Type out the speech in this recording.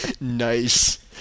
Nice